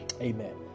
Amen